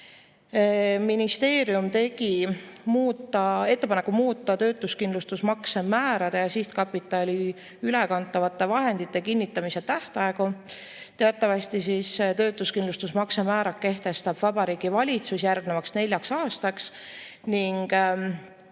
Ministeerium tegi ettepaneku muuta töötuskindlustusmakse määrade ja sihtkapitali ülekantavate vahendite kinnitamise tähtaegu. Teatavasti töötuskindlustusmakse määrad kehtestab Vabariigi Valitsus järgnevaks neljaks aastaks.